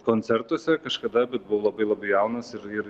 koncertuose kažkada bet buvau labai labai jaunas ir ir